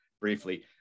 briefly